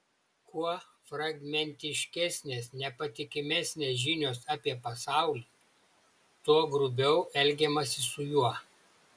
kuo fragmentiškesnės nepatikimesnės žinios apie pasaulį tuo grubiau elgiamasi su juo